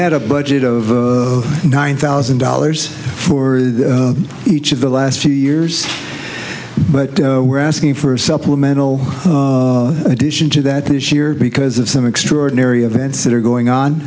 had a budget of nine thousand dollars for each of the last two years but we're asking for a supplemental addition to that this year because of some extraordinary events that are going on